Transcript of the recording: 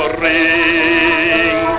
ring